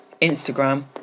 instagram